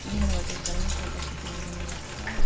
निहुरो टिप्दा पनि फोटो खिच्नु मन लाग्छ